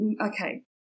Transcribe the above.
okay